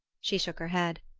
she shook her head.